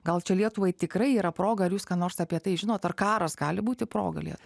gal čia lietuvai tikrai yra proga ar jūs ką nors apie tai žinot ar karas gali būti proga lietu